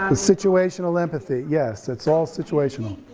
ah situational empathy, yes, it's all situational.